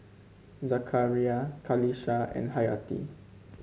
Zakaria Qalisha and Hayati